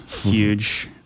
huge